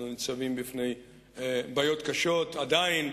אנחנו ניצבים בפני בעיות קשות עדיין,